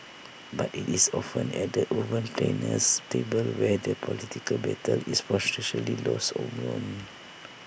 but IT is often at the urban planner's table where the political battle is potentially lost or won